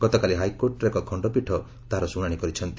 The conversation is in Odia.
ଗତକାଲି ହାଇକୋର୍ଟର ଏକ ଖଣ୍ଡପୀଠ ତାହାର ଶ୍ରଣାଣି କରିଛନ୍ତି